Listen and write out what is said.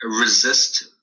resist